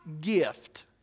gift